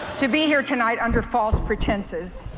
to be here tonight under false pretenses,